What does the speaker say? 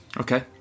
Okay